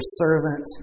servant